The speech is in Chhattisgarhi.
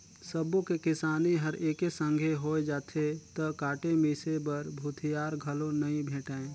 सबो के किसानी हर एके संघे होय जाथे त काटे मिसे बर भूथिहार घलो नइ भेंटाय